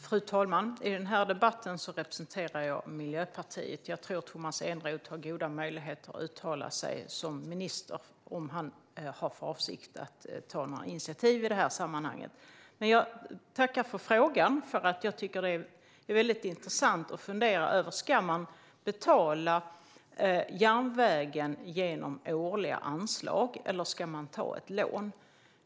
Fru talman! I den här debatten representerar jag Miljöpartiet. Jag tror att Tomas Eneroth har goda möjligheter att uttala sig som minister om han har för avsikt att ta några initiativ i det här sammanhanget. Men jag tackar för frågan, för jag tycker att det är väldigt intressant att fundera över om man ska betala järnvägen genom årliga anslag eller ta ett lån.